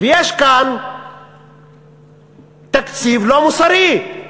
יש כאן תקציב לא מוסרי.